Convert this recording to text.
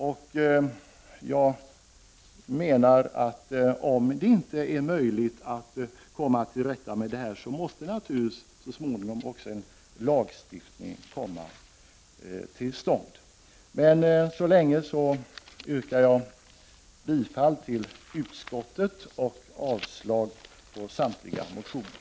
Jag menar att om det inte är möjligt att komma till rätta med detta måste naturligtvis en lagstiftning så småningom komma till stånd. Men jag yrkar tills vidare bifall till utskottets hemställan och avslag på samtliga motioner.